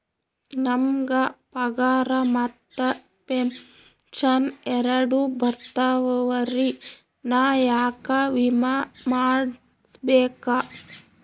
ನಮ್ ಗ ಪಗಾರ ಮತ್ತ ಪೆಂಶನ್ ಎರಡೂ ಬರ್ತಾವರಿ, ನಾ ಯಾಕ ವಿಮಾ ಮಾಡಸ್ಬೇಕ?